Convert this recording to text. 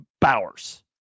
Bowers